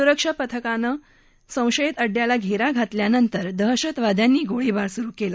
सुरक्षा पथकानं संशयित अङ्याला घघी घातल्यानंतर दहशतवाद्यांनी गोळीबार सुरु कळी